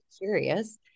curious